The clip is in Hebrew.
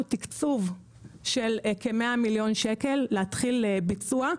תקצוב של כ-100 מיליון שקל להתחיל לבצע.